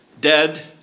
dead